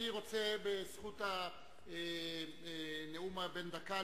גם אני רוצה להשתמש בזכות הנאום בן דקה,